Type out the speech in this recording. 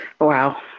Wow